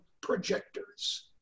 projectors